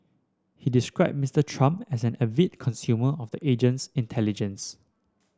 he described Mister Trump as an avid consumer of the agency's intelligence